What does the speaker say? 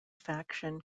faction